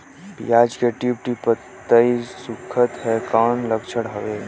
पियाज के टीप टीप के पतई सुखात हे कौन लक्षण हवे?